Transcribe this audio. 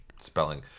spelling